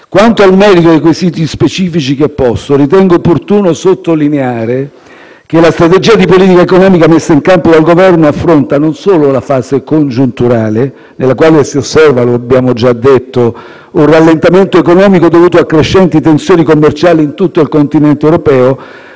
Quanto al merito dei quesiti specifici che ha posto, ritengo opportuno sottolineare che la strategia di politica economica messa in campo dal Governo affronta non solo la fase congiunturale, nella quale si osserva - come abbiamo già detto - un rallentamento economico dovuto a crescenti tensioni commerciali in tutto il continente europeo,